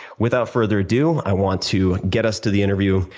without further ado, i want to get us to the interview.